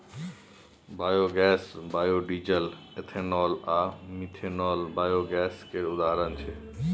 biogas, biodiesel, ethanol आ methanol biogas केर उदाहरण छै